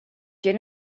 gin